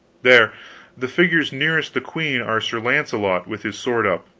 there the figures nearest the queen are sir launcelot with his sword up,